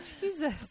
Jesus